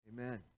Amen